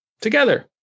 together